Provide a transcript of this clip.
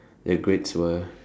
the grades were